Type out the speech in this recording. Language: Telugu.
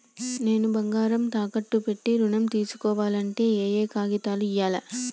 నేను బంగారం తాకట్టు పెట్టి ఋణం తీస్కోవాలంటే ఏయే కాగితాలు ఇయ్యాలి?